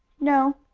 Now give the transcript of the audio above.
no.